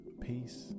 Peace